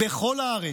בכל הארץ.